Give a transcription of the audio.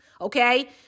okay